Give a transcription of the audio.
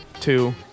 Two